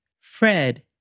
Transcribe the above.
Fred